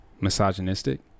misogynistic